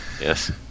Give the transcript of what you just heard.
Yes